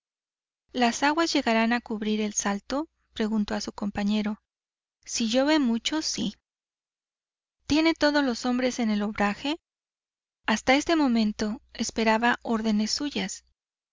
las aguas llegarán a cubrir el salto preguntó a su compañero si llueve mucho sí tiene todos los hombres en el obraje hasta este momento esperaba órdenes suyas